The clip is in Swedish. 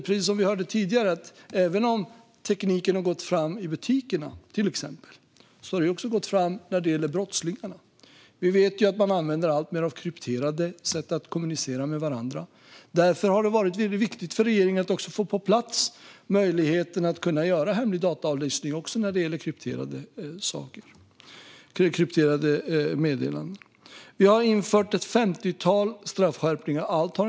Precis som vi hörde tidigare vet vi att även om tekniken har gått framåt till exempel i butikerna har den också gått framåt hos brottslingarna. Vi vet att man alltmer använder sig av krypterade sätt att kommunicera med varandra, och därför har det varit viktigt för regeringen att få på plats möjligheten att göra hemlig dataavläsning också när det gäller krypterade meddelanden. Vi har infört ett femtiotal straffskärpningar.